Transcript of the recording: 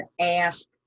ask